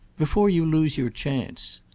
before you lose your chance.